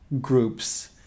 groups